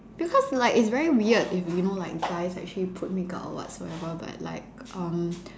because like it's very weird if you know like guys actually put makeup or whatsoever but like um